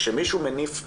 כשמישהו מניף.